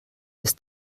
ist